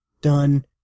done